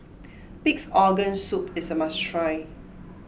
Pig's Organ Soup is a must try